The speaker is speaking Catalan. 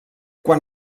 quan